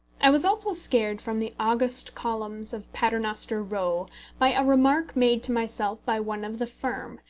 i was also scared from the august columns of paternoster row by a remark made to myself by one of the firm,